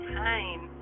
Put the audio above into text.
time